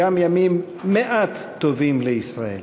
גם ימים מעט טובים לישראל,